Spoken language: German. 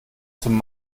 zum